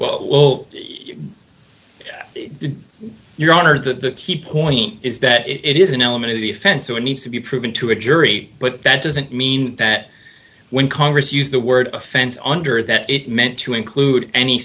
well your honor the key point is that it is an element of the offense so it needs to be proven to a jury but that doesn't mean that when congress used the word offense under that it meant to include any